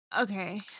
Okay